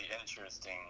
interesting